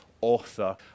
author